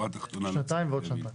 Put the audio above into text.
שנתיים ועוד שנתיים.